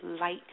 light